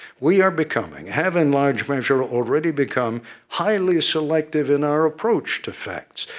we are becoming have, in large measure, already become highly selective in our approach to facts.